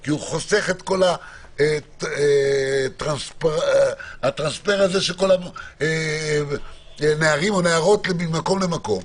כי הוא חוסך את כל הטרנספר של הנערים או הנערות ממקום למקום,